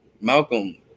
Malcolm